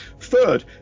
Third